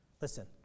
Listen